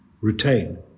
retain